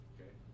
Okay